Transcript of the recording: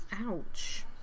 Ouch